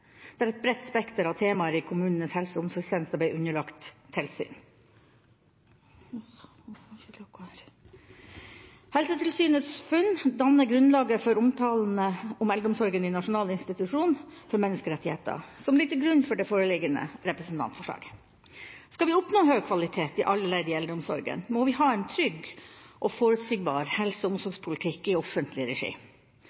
der et bredt spekter av temaer i kommunenes helse- og omsorgstjenester ble underlagt tilsyn. Helsetilsynets funn danner grunnlaget for omtalene av eldreomsorgen i rapporten fra Nasjonal institusjon for menneskerettigheter, som ligger til grunn for det foreliggende representantforslaget. Skal vi oppnå høy kvalitet i alle ledd i eldreomsorgen, må vi ha en trygg og forutsigbar helse- og omsorgspolitikk i offentlig regi.